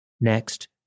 Next